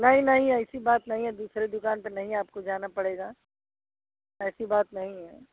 नहीं नहीं ऐसी बात नहीं है दूसरे दुकान पर नहीं है आपको जाना पड़ेगा ऐसी बात नहीं है